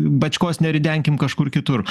bačkos neridenkim kažkur kitur